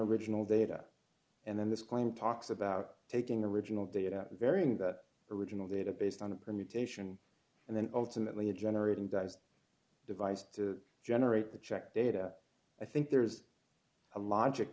original data and then this claim talks about taking the original data varying that original data based on a permutation and then ultimately generating dies the device to generate the check data i think there's a logic